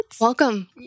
Welcome